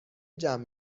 جمع